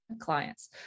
clients